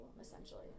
essentially